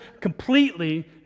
completely